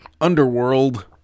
Underworld